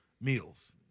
meals